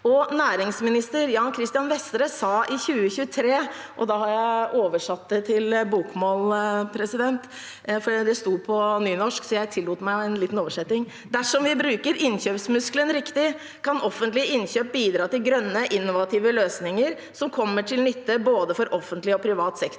Næringsminister Jan Christian Vestre sa i 2023 – jeg har oversatt det til bokmål, for det sto på nynorsk, så jeg tillot meg litt oversetting: Dersom vi bruker innkjøpsmusklene riktig, kan offentlige innkjøp bidra til grønne, innovative løsninger som kommer til nytte for både offentlig og privat sektor.